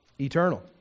eternal